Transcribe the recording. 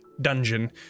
dungeon